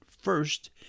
First